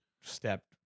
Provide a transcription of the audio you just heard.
stepped